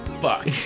fuck